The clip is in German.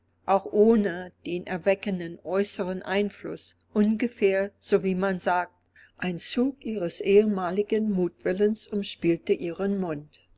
auch ohne den erweckenden äußeren einfluß ungefähr so wie man sagt ein zug ihres ehemaligen mutwillens umspielte ihren mund